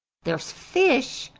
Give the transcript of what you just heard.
there's fish,